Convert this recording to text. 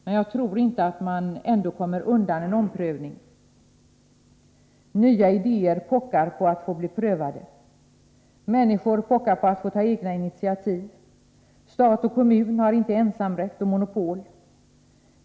Men jagtrorinte att man ändå kommer undan en ompröving. Nya idéer pockar på att få bli prövade. Människor pockar på att få ta egna initiativ. Stat och kommun har inte ensamrätt och monopol.